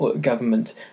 government